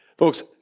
Folks